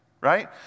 Right